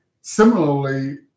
similarly